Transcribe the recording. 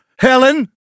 Helen